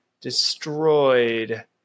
destroyed